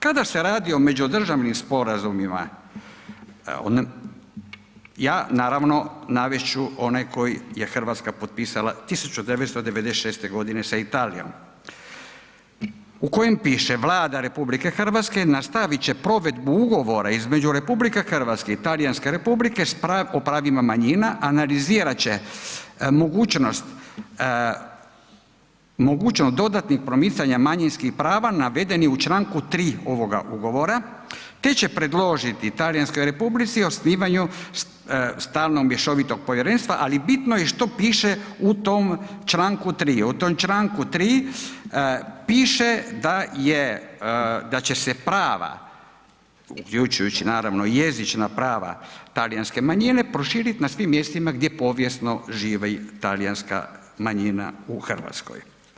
Kada se radi o međudržavnim sporazumima, ja naravno navest ću one koje je Hrvatska potpisala 1996. godine sa Italijom u kojem piše, Vlada RH nastavit će provedbu Ugovora između RH i Talijanske Republike o pravima manjina, analizirat će mogućnost dodatnih promicanja manjinskih prava navedeni u čl. 3 ovoga Ugovora te će predložiti Talijanskoj Republici osnivanju stalnog mješovitog povjerenstva, ali bitno je što piše u tom čl. 3. U tom čl. 3 piše da je, da će se prava, uključujući naravno i jezična prava talijanske manjine proširiti na svim mjestima gdje povijesno živi talijanska manjina u Hrvatskoj.